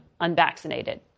unvaccinated